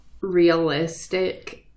realistic